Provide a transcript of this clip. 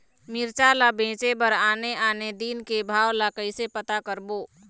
मिरचा ला बेचे बर आने आने दिन के भाव ला कइसे पता करबो?